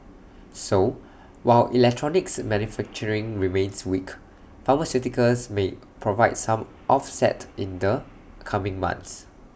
so while electronics manufacturing remains weak pharmaceuticals may provide some offset in the coming months